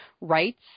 rights